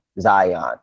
Zion